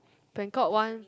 Bangkok one